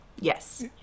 yes